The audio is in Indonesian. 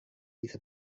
bisa